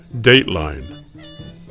Dateline